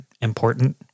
important